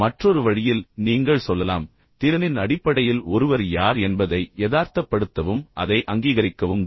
மற்றொரு வழியில் நீங்கள் சொல்லலாம் திறனின் அடிப்படையில் ஒருவர் யார் என்பதை யதார்த்தப்படுத்தவும் அதை அங்கீகரிக்கவும் தான்